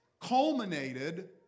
culminated